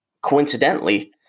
Coincidentally